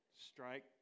Strike